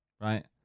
right